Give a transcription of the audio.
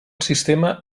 sistema